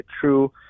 true